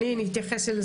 וביטחון,